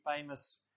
famous